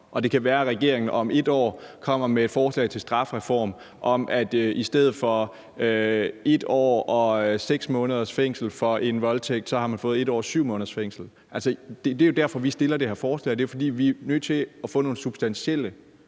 det kan være, at regeringen om et år kommer med et forslag til strafreform om, at man i stedet for 1 år og 6 måneders fængsel for en voldtægt får 1 år og 7 måneders fængsel. Altså, det er jo derfor, vi stiller det her forslag. Vi er nødt til at få nogle substantielle